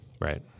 Right